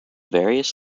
various